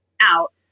out